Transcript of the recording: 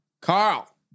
Carl